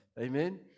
Amen